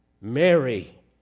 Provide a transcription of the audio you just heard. Mary